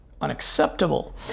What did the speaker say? unacceptable